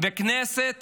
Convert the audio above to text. והכנסת